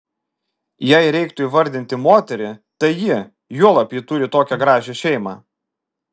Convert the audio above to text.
jei reiktų įvardinti moterį tai ji juolab ji turi tokią gražią šeimą